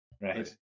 right